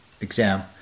exam